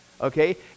okay